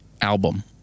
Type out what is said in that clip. album